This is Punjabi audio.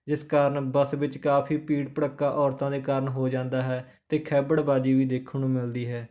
ਜਿਸ ਕਾਰਨ ਬੱਸ ਵਿੱਚ ਕਾਫ਼ੀ ਭੀੜ ਭੜੱਕਾ ਔਰਤਾਂ ਦੇ ਕਾਰਨ ਹੋ ਜਾਂਦਾ ਹੈ ਅਤੇ ਖੈਬੜਬਾਜ਼ੀ ਵੀ ਦੇਖਣ ਨੂੰ ਮਿਲਦੀ ਹੈ